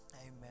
Amen